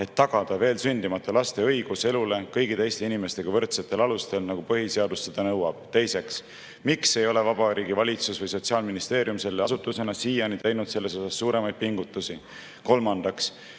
et tagada veel sündimata laste õigus elule kõigi teiste inimestega võrdsetel alustel, nagu põhiseadus seda nõuab? Teiseks: miks ei ole Vabariigi Valitsus või Sotsiaalministeerium selle asutusena siiani teinud selles osas suuremaid pingutusi? Kolmandaks: